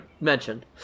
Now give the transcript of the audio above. mentioned